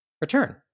return